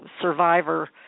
survivor